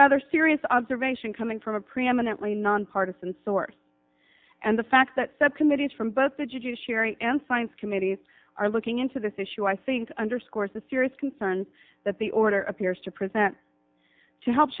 rather serious observation coming from a preeminently nonpartisan source and the fact that subcommittee is from both the judiciary and science committee are looking into this issue i think underscores a serious concern that the order appears to present to help